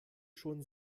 schon